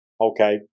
Okay